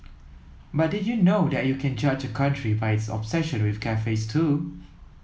but did you know that you can judge a country by its obsession with cafes too